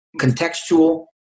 contextual